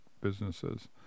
businesses